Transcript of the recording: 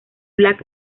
black